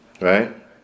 Right